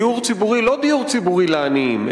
לא דיור ציבורי לעניים,